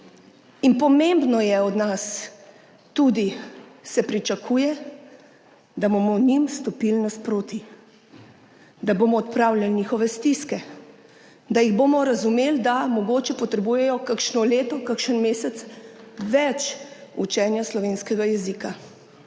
In pomembno je, od nas se tudi pričakuje, da bomo njim stopili nasproti, da bomo odpravljali njihove stiske, da jih bomo razumeli, da mogoče potrebujejo kakšno leto, kakšen mesec več učenja slovenskega jezika.